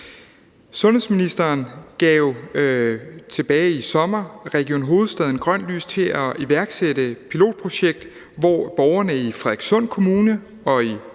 Sundhedsministeren gav tilbage i sommer Region Hovedstaden grønt lys til at iværksætte et pilotprojekt, hvor borgerne i Frederikssund Kommune og